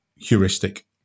heuristic